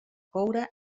coure